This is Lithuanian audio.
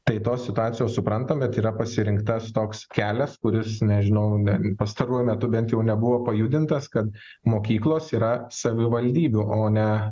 tai tos situacijos suprantam bet yra pasirinktas toks kelias kuris nežinau ne pastaruoju metu bent jau nebuvo pajudintas kad mokyklos yra savivaldybių o ne